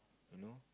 you know